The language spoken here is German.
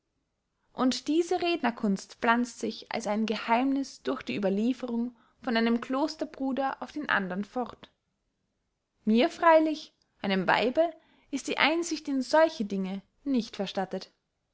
und diese rednerkunst pflanzt sich als ein geheimniß durch die ueberlieferung von einem klosterbruder auf den andern fort mir freylich einem weibe ist die einsicht in solche dinge nicht verstattet